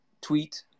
tweet